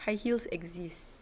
high heels exist